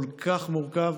כל כך מורכב,